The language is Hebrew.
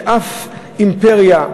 שאף אימפריה,